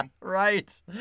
Right